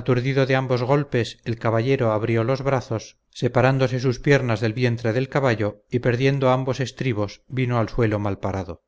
aturdido de ambos golpes el caballero abrió los brazos separáronse sus piernas del vientre del caballo y perdiendo ambos estribos vino al suelo malparado